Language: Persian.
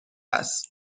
است